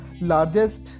largest